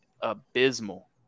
abysmal